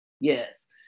Yes